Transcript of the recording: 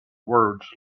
words